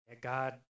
God